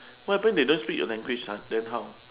what happen they don't speak your language ha then how